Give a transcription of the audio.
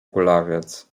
kulawiec